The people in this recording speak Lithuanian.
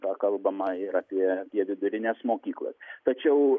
pakalbama ir apie apie vidurines mokyklas tačiau